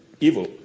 evil